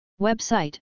Website